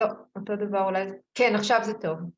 ‫טוב, אותו דבר אולי... ‫כן, עכשיו זה טוב.